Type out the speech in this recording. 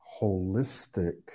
holistic